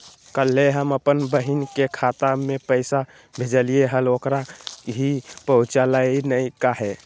कल्हे हम अपन बहिन के खाता में पैसा भेजलिए हल, ओकरा ही पहुँचलई नई काहे?